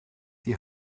die